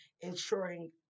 ensuring